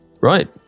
Right